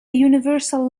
universal